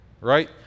right